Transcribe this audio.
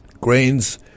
grains